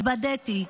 התבדיתי.